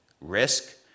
risk